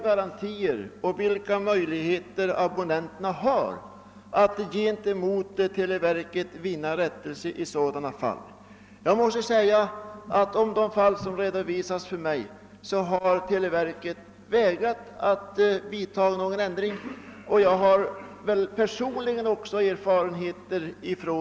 garantier och vilka möjligheter abonnenterna har att vinna rättelse gentemot televerket i sådana fall. ER I de fall som redovisats för mig har televerket vägrat vidta ändring. Jag har personligen också erfarenhet av detta.